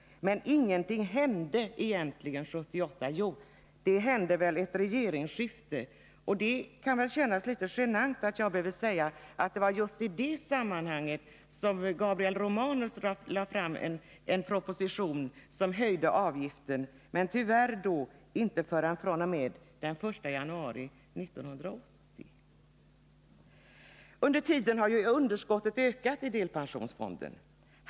Men ingenting hände 1978 — jo, det hände väl ett regeringsskifte. Det kan väl kännas litet genant att jag behöver påminna om att det var Gabriel Romanus som lade fram en proposition som höjde avgiften, tyvärr inte förrän fr.o.m. den 1 januari 1980. Under tiden har underskottet ökat i delpensionsfonden.